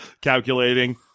Calculating